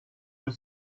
your